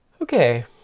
okay